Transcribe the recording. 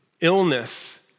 illness